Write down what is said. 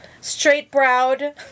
straight-browed